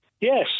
Yes